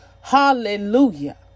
Hallelujah